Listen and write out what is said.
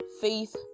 faith